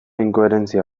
inkoherentzia